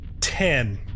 Ten